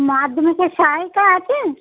মাধ্যমিকের সহায়িকা আছে